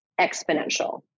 exponential